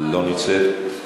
לא נמצאת,